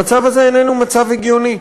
המצב הזה איננו מצב הגיוני.